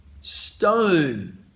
stone